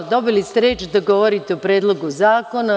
Dobili ste reč da govorite o Predlogu zakona.